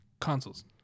consoles